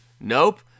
nope